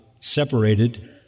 separated